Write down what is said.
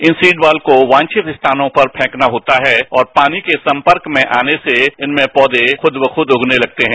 इन seed ball को वांछित स्थानों पर फ्रॅकना होता है और पानी के संपर्क में आने से एक दिन में पौधे खुद ब खुद उगने लगते हैं